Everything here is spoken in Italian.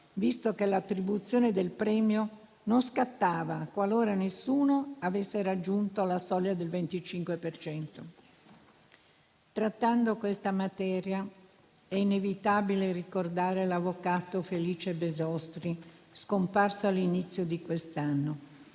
visto che l'attribuzione del premio non scattava qualora nessuno avesse raggiunto la soglia del 25 per cento. Trattando questa materia, è inevitabile ricordare l'avvocato Felice Besostri, scomparso all'inizio di quest'anno,